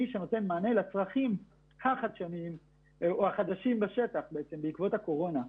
שנותן מענה לצרכים החדשים בעקבות הקורונה.